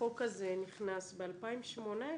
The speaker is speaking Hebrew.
החוק הזה נכנס ב-2018.